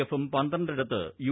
എഫും പന്ത്രണ്ടിടത്ത് യു